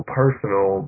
personal